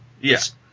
Yes